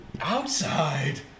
Outside